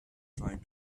trying